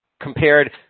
compared